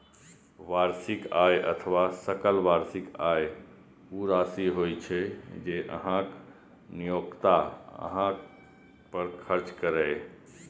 वार्षिक आय अथवा सकल वार्षिक आय ऊ राशि होइ छै, जे अहांक नियोक्ता अहां पर खर्च करैए